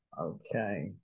Okay